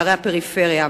לערי הפריפריה.